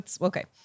Okay